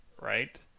right